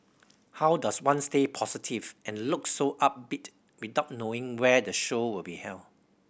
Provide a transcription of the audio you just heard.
how does one stay positive and look so upbeat without knowing where the show will be held